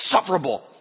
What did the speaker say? insufferable